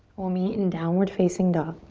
we'll meet in downward facing dog.